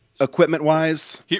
Equipment-wise